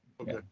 okay